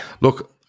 look